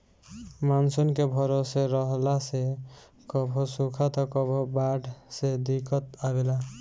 monsoon के भरोसे रहला से कभो सुखा त कभो बाढ़ से दिक्कत आवेला